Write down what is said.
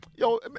Yo